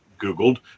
Googled